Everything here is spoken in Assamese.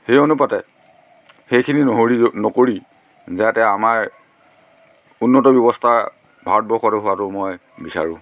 সেই অনুপাতে সেইখিনি নহৰি নকৰি যাতে আমাৰ উন্নত ব্যৱস্থা ভাৰতবৰ্ষতে হোৱাটো মই বিচাৰোঁ